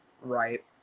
right